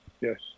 yes